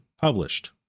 published